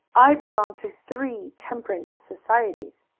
i belong to three temperance societies,